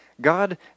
God